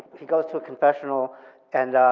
he goes to a confessional and